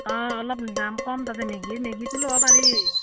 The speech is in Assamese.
অঁ অলপ দাম কম তাতে মেগীৰ মেগীটো ল'ব পাৰি